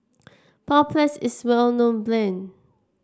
Papulex is well known brand